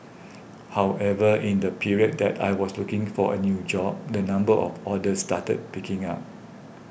however in the period that I was looking for a new job the number of orders started picking up